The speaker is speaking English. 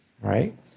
Right